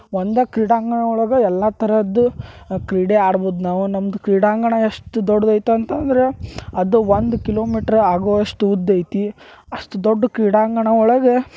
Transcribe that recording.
ಒಂದು ಕ್ರೀಡಾಂಗಣ ಒಳಗೆ ಎಲ್ಲಾ ತರಹದ್ದು ಕ್ರೀಡೆ ಆಡ್ಬೋದು ನಾವು ನಮ್ದು ಕ್ರೀಡಾಂಗಣ ಎಷ್ಟು ದೊಡ್ದೈತಿ ಅಂತಂದರೆ ಅದು ಒಂದು ಕಿಲೋಮೀಟ್ರ್ ಆಗುವಷ್ಟು ಉದ್ದೈತಿ ಅಷ್ಟು ದೊಡ್ಡ ಕ್ರೀಡಾಂಗಣ ಒಳಗೆ